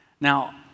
Now